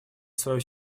свою